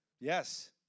Yes